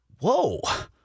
whoa